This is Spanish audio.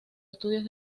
estudios